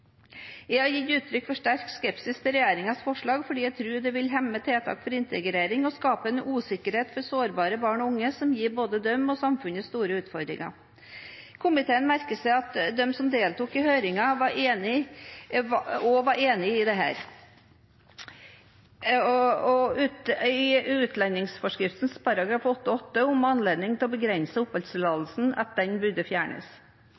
Jeg har gitt uttrykk for sterk skepsis til regjeringens forslag fordi jeg tror det vil hemme tiltak for integrering og skape en usikkerhet for sårbare barn og unge som gir både dem og samfunnet store utfordringer. Komiteen merket seg at de som deltok i høringen, også var enig i at utlendingsforskriften § 8-8, om anledning til å begrense oppholdstillatelsen, burde fjernes. Jeg vil imidlertid avvente en vurdering av dette til